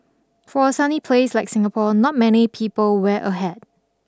for a sunny place like Singapore not many people wear a hat